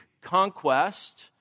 conquest